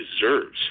deserves